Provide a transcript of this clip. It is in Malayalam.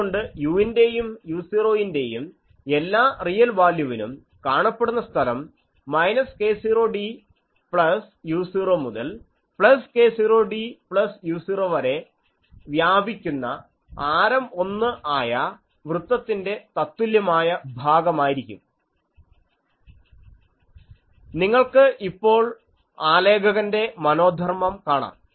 അതുകൊണ്ട് u ന്റെയും u0 ന്റെയും എല്ലാ റിയൽ വാല്യൂവിനും കാണപ്പെടുന്ന സ്ഥലം മൈനസ് k0d പ്ലസ് u0 മുതൽ പ്ലസ് k0d പ്ലസ് u0 വരെ വ്യാപിക്കുന്ന ആരം 1 ആയ വൃത്തത്തിൻറെ തത്തുല്യമായ ഭാഗമായിരിക്കും നിങ്ങൾക്ക് ഇപ്പോൾ ആലേഖകന്റെ മനോധർമ്മം കാണാം